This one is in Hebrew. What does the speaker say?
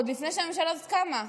עוד לפני שהממשלה הזאת קמה.